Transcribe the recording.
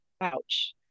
ouch